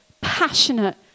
passionate